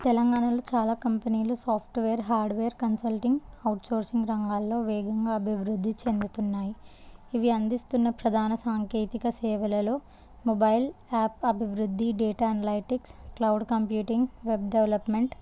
తెలంగాణలో చాలా కంపెనీలు software hardware consulting outsourcing రంగాలలో వేగంగా అభివృద్ధి చెందుతున్నాయి ఇవి అందిస్తున్న ప్రధాన సాంకేతికత సేవలలో మొబైల్ యాప్ అభివృద్ధి data analytics cloud computing web development